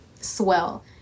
swell